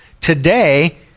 Today